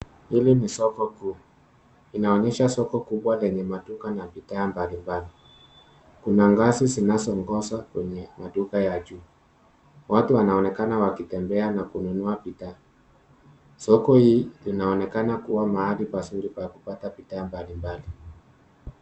Hili ni soko kuu. Linaonyesha soko kubwa lenye maduka na bidhaa mbalimbali. Kuna ngazi zinazoongoza kwenye maduka ya juu. Watu wanaonekana wakitembea na kununua bidhaa. Soko hii inaonekana kuwa mahali pazuri pa kupata bidhaa mbalimbali.